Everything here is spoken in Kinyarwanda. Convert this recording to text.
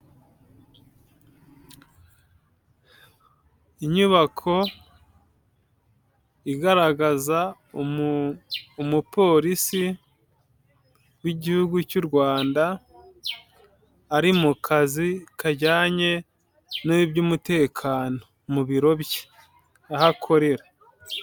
Inyubako igaragaza Umupolisi w'igihugu cy'u Rwanda ari mu kazi kajyanye n'ibyumutekano, mu biro bye, aho akorera.